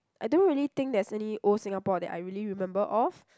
I don't really think there's any old Singapore that I really remember of